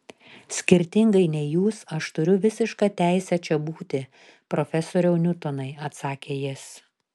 skirtingai nei jūs aš turiu visišką teisę čia būti profesoriau niutonai atsakė jis